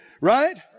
Right